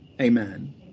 Amen